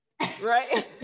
Right